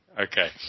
Okay